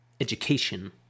Education